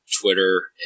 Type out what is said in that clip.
Twitter